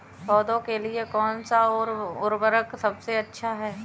पौधों के लिए कौन सा उर्वरक सबसे अच्छा है?